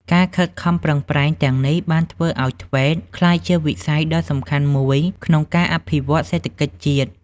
ការខិតខំប្រឹងប្រែងទាំងនេះបានធ្វើឱ្យ ធ្វេត TVET ក្លាយជាវិស័យដ៏សំខាន់មួយក្នុងការអភិវឌ្ឍសេដ្ឋកិច្ចជាតិ។